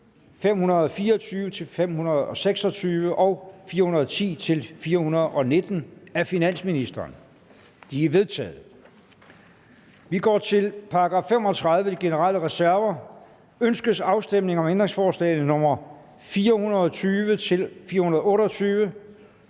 524-526 og 410-419 af finansministeren? De er vedtaget. Til § 35. Generelle reserver. Ønskes afstemning om ændringsforslag nr. 420-428,